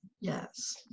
Yes